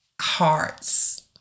Hearts